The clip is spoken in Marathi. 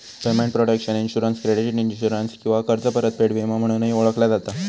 payment protection insurance credit insurance किंवा कर्ज परतफेड विमो म्हणूनही ओळखला जाता